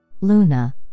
Luna